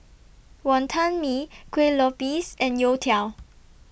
Wonton Mee Kueh Lopes and Youtiao